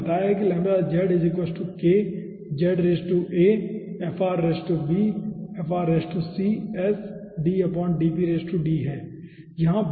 तो उन्होंने बताया है कि है ठीक है